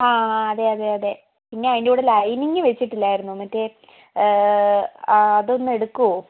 ആ ആ അതെയതെയതെ പിന്നെ അതിൻ്റെ കൂടെ ലൈനിങ് വെച്ചിട്ടില്ലാരുന്നു മറ്റേ ആ അതൊന്ന് എടുക്കുവോ